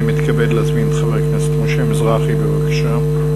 אני מתכבד להזמין את חבר הכנסת משה מזרחי, בבקשה.